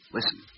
Listen